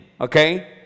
okay